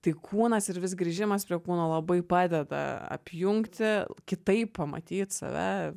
tai kūnas ir vis grįžimas prie kūno labai padeda apjungti kitaip pamatyt save